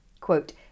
Quote